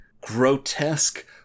grotesque